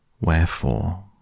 wherefore